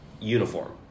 Uniform